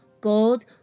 gold